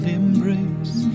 embrace